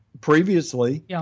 previously